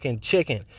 chicken